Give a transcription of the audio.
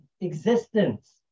existence